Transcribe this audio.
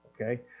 Okay